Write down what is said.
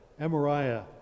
Amariah